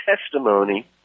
testimony